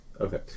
Okay